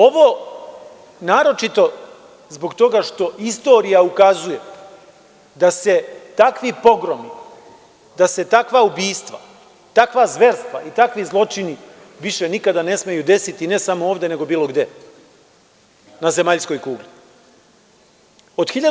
Ovo naročito zbog toga što istorija ukazuje da se takvi pogromi, da se takva ubistva, takva zverstva i takvi zločini više nikada ne smeju desiti ne samo ovde nego bilo gde na zemaljskoj kugli.